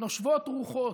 נושבות רוחות.